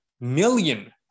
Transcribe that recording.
million